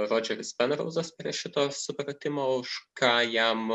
rodžeris penrauzas prie šito supratimo už ką jam